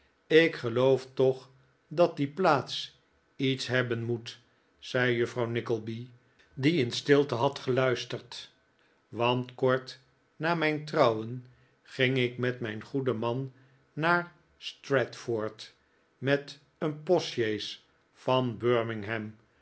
ik geloof toch dat die plaats iets hebben moet zei juffrouw nickleby die in stilte had geluisterd want kort na mijn trouwen ging ik met mijn goeden man naar stratford met een postsjees van birmingham